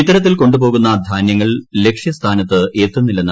ഇത്തരത്തിൽ കൊണ്ടു പോകുന്ന ധാന്യങ്ങൾ ലക്ഷ്യസ്ഥാനത്ത് എത്തുന്നില്ലെന്ന